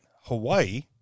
Hawaii